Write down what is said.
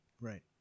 Right